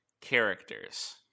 characters